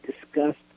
discussed